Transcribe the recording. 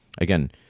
Again